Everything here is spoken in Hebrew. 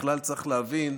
בכלל, צריך להבין,